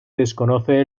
desconoce